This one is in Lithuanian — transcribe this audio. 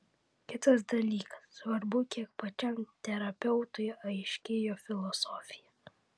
kitas dalykas svarbu kiek pačiam terapeutui aiški jo filosofija